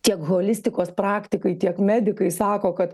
tiek holistikos praktikai tiek medikai sako kad